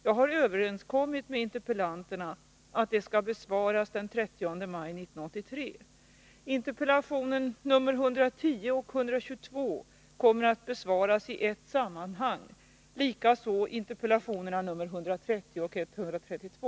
Jag har överenskommit med interpel 5 lanterna att de skall besvaras den 30 maj 1983. Interpellationerna 110 och 122 kommer att besvaras i ett sammanhang, och likaså interpellationerna 130 och 132: